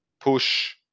push